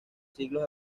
siglos